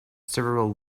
several